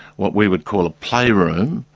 what we would call a playroom,